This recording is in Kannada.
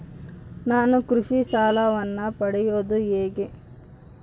ನಾನು ಕೃಷಿ ಸಾಲವನ್ನು ಪಡೆಯೋದು ಹೇಗೆ?